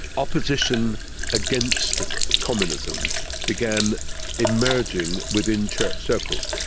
opposition against communism began emerging within church circles,